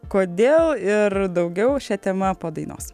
kodėl ir daugiau šia tema po dainos